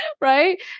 right